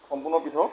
সম্পূৰ্ণ পৃথক